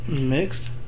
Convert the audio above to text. Mixed